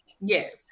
Yes